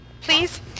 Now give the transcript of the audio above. Please